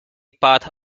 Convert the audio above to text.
path